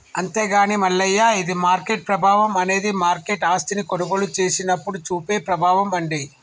అంతేగాని మల్లయ్య ఇది మార్కెట్ ప్రభావం అనేది మార్కెట్ ఆస్తిని కొనుగోలు చేసినప్పుడు చూపే ప్రభావం అండి